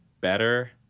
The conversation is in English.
better